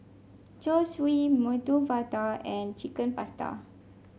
Zosui Medu Vada and Chicken Pasta